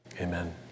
Amen